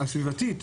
והסביבתית,